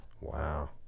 Wow